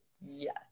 Yes